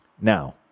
Now